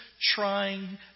trying